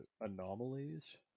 anomalies